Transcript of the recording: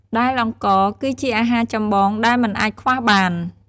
ដែលអង្ករ គឺជាអាហារចម្បងដែលមិនអាចខ្វះបាន។